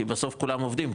כי בסוף כולם עובדים,